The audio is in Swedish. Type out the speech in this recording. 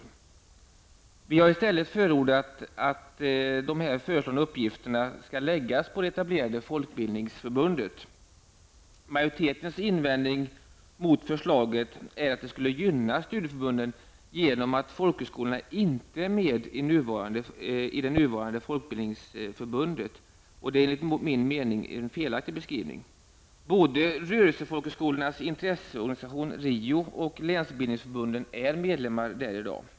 Vi förordar i stället att de föreslagna uppgifterna skall läggas på det etablerade Folkbildningsförbundet. Majoritetens invändning mot förslaget, att det skulle gynna studieförbunden genom att folkhögskolorna inte är med i det nuvarande Folkbildningsförbundet, är enligt min mening en felaktig beskrivning. Både RIO, och länsbildningsförbunden är i dag medlemmar.